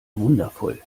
wundervoll